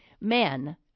Men